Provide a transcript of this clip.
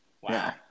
Wow